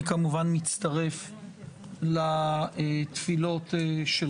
אני כמובן מצטרף לתפילות שלך.